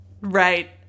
Right